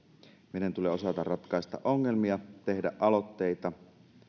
meidän tulee osata ratkaista ongelmia ja tehdä aloitteita